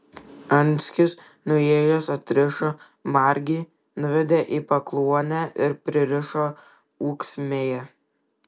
anskis nuėjęs atrišo margį nuvedė į pakluonę ir pririšo ūksmėje